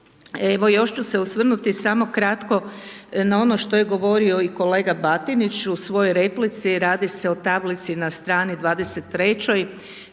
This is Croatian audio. Evo, još ću se osvrnuti samo kratko na ono što je govorio i kolega Batinić u svojoj replici, radi se o tablici na strani 23.